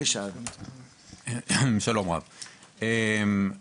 בבקשה מר אלי אסיף.